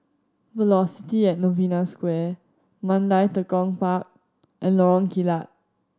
Velocity at Novena Square Mandai Tekong Park and Lorong Kilat